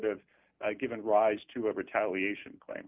have given rise to a retaliation claim